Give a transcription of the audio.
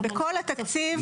בכל התקציב.